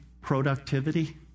Productivity